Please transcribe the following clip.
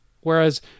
Whereas